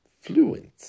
fluent